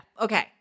Okay